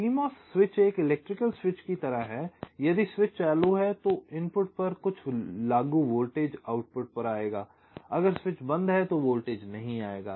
CMOS switch एक electrical switch की तरह है यदि स्विच चालू है तो इनपुट पर कुछ लागू वोल्टेज आउटपुट पर जाएगा अगर स्विच बंद है तो वोल्टेज नहीं जाएगा